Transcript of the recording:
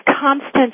constant